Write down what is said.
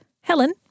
Helen